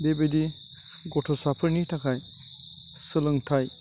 बेबायदि गथ'साफोरनि थाखाय सोलोंथाइ